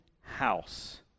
house